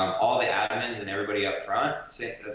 um all the admins and everybody up front,